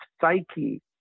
psyche